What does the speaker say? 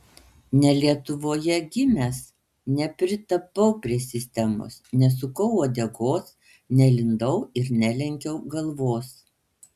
ne lietuvoje gimęs nepritapau prie sistemos nesukau uodegos nelindau ir nelenkiau galvos